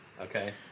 Okay